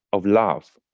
of love.